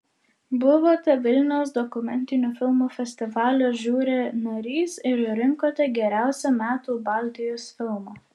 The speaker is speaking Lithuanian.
buvote vilniaus dokumentinių filmų festivalio žiuri narys ir rinkote geriausią metų baltijos filmą